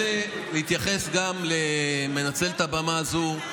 ואני רוצה להתייחס גם, אני מנצל את הבמה הזו,